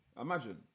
Imagine